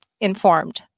informed